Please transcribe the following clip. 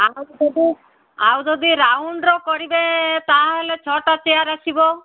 ଆଉ ଯଦି ଆଉ ଯଦି ରାଉଣ୍ଡ ର କରିବେ ତାହେଲେ ଛଅ ଟା ଚେୟାର୍ ଆସିବ